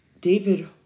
David